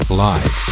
live